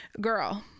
girl